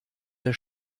der